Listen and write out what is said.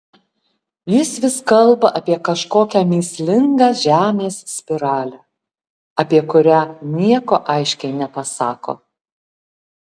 jis vis kalba apie kažkokią mįslingą žemės spiralę apie kurią nieko aiškiai nepasako